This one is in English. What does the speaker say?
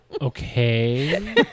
Okay